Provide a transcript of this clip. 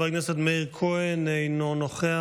חבר הכנסת מאיר כהן, אינו נוכח.